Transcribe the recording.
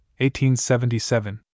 1877